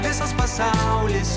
visas pasaulis